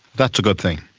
that's a good thing.